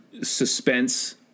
suspense